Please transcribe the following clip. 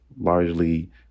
largely